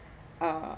uh